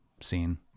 scene